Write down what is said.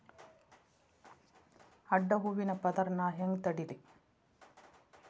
ಅಡ್ಡ ಹೂವಿನ ಪದರ್ ನಾ ಹೆಂಗ್ ತಡಿಲಿ?